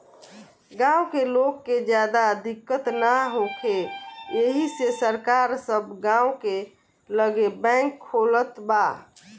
गाँव के लोग के ज्यादा दिक्कत ना होखे एही से सरकार सब गाँव के लगे बैंक खोलत बा